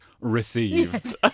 received